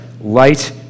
light